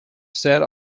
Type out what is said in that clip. set